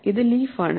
ഇത് ലീഫ് ആണ്